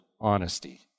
honesty